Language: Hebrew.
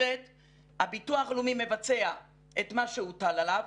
הביטוח הלאומי מבצע את מה שהוטל עליו.